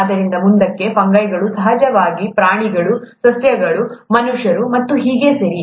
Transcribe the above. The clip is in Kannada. ಆದ್ದರಿಂದ ಮುಂದಕ್ಕೆ ಫಂಗೈಗಳು ಸಹಜವಾಗಿ ಪ್ರಾಣಿಗಳು ಸಸ್ಯಗಳು ಮನುಷ್ಯರು ಮತ್ತು ಹೀಗೆ ಸರಿ